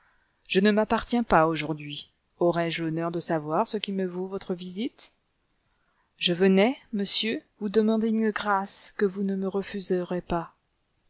je ne m'appartiens pas aujourd'hui aurai-je l'honneur de savoir ce qui me vaut votre visite je venais monsieur vous demander une grâce que vous ne me refuserez pas